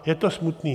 Je to smutné.